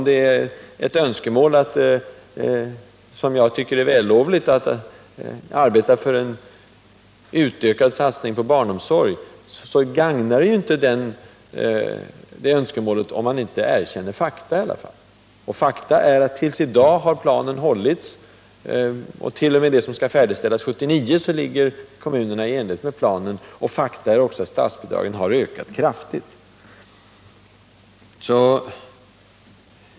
Det vällovliga arbetet för en ökad satsning på barnomsorgen gagnas inte av att man förnekar verkligheten. Faktum är dels att tills i dag har planerna hållits, fram t.o.m. det som skall färdigställas 1979 ligger kommunerna i takt med planen, dels att statsbidragen har ökat kraftigt.